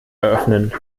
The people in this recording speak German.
eröffnen